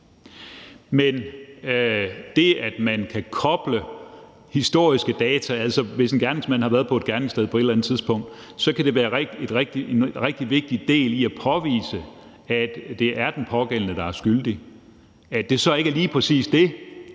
Men det, at man kan koble historiske data – altså om, at en gerningsmand har været på et gerningssted på et eller andet tidspunkt – kan være en rigtig vigtig del med hensyn til at påvise, at det er den pågældende, der er skyldig. At det så ikke er lige præcis det,